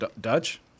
Dutch